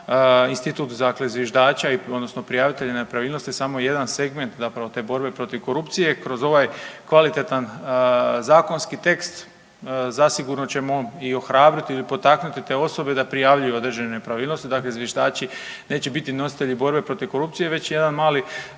institut dakle zviždača odnosno prijavitelja nepravilnosti samo je jedan segment zapravo te borbe protiv korupcije. Kroz ovaj kvalitetan zakonski tekst zasigurno ćemo i ohrabriti i potaknuti te osobe da prijavljuju određene nepravilnosti. Dakle, zviždači neće biti nositelji borbe protiv korupcije već jedan mali